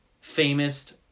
famous